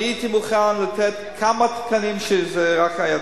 אני הייתי מוכן לתת כמה תקנים שנדרשו.